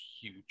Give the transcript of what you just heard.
huge